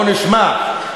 לא נשמע,